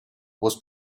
was